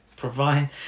Provide